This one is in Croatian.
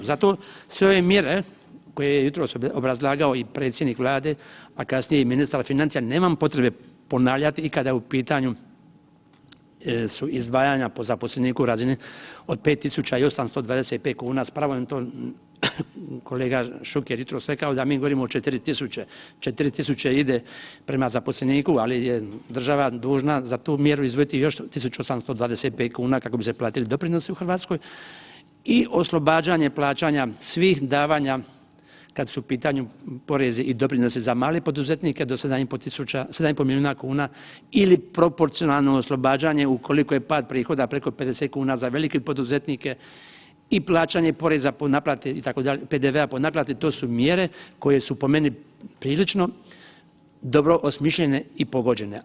Zato sve ove mjere koje je jutros obrazlagao i predsjednik Vlade, pa kasnije i ministar financija nemam potrebe ponavljati i kada je u pitanju su izdvajanja po zaposleniku u razini od 5.825 kuna, s pravom je to kolega Šuker jutros rekao da mi govorimo o 4.000, 4.000 ide prema zaposleniku ali je država dužna za tu mjeru izdvojiti još 1.825 kuna kako bi se platiti doprinosi u Hrvatskoj i oslobađanje plaćanja svih davanja kad su u pitanju porezi i doprinosi za male poduzetnike do 7,5 milijuna kuna ili proporcionalno oslobađanje ukoliko je pad prihoda preko 50 kuna za velike poduzetnike i plaćanje poreza po naplati itd., PDV-a po naplati to su mjere koje su po meni prilično dobro osmišljene i pogođene.